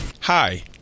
hi